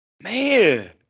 Man